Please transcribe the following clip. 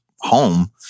home